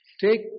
take